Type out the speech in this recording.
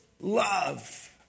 love